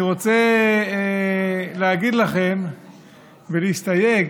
אני רוצה להגיד לכם ולהסתייג: